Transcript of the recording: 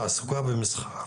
תעסוקה ומסחר.